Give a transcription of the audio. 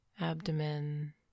abdomen